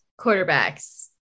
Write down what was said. quarterbacks